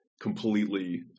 completely